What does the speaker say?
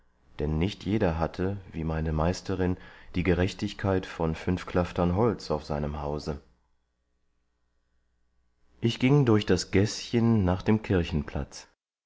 denn nicht jeder hatte wie meine meisterin die gerechtigkeit von fünf klaftern holz auf seinem hause ich ging durch das gäßchen nach dem kirchenplatz